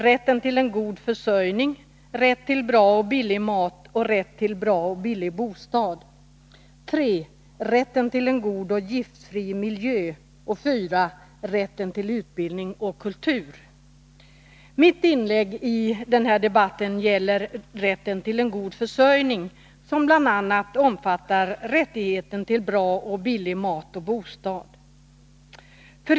Rätten till en god försörjning, rätten till bra och billig mat, rätten till bra och billig bostad. 3. Rätten till en god och giftfri miljö. Mitt inlägg i dagens debatt gäller rätten till en god försörjning, som bl.a. omfattar rättigheten till bra och billig mat och bostad.